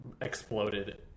exploded